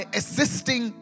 assisting